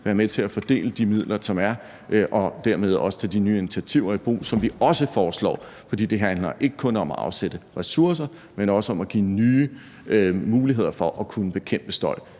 være med til at fordele de midler, som der er, og dermed også tage de nye initiativer i brug, som vi også foreslår. For det handler ikke kun om at afsætte ressourcer, men også om at give nye muligheder for at kunne bekæmpe støj.